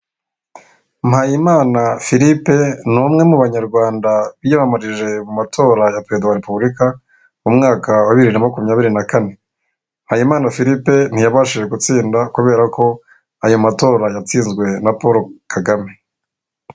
Mpayimana Philippe ni umwe mu banyarwanda biyamamarije mu matora ya perezida wa repubulika mu mwaka wa bibiri na makumyabiri na kane, Mpayimana Philipe ntiyabashije gutsinda kubera ko ayo matora yatsinzwe na Paul Kagame.